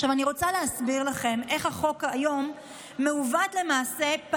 אני רוצה להסביר לכם איך החוק היום מעוות פעמיים.